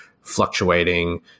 fluctuating